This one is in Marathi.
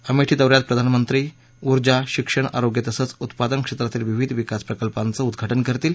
अमेठी दौ यात प्रधानमंत्री ऊर्जा शिक्षण आरोग्य तसंच उत्पादन क्षेत्रातील विविध विकास प्रकल्पांचही उद्घाजे करतील